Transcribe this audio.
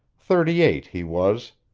thirty-eight he was,